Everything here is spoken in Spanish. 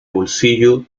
bolsillo